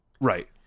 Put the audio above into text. Right